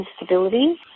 instability